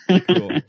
Cool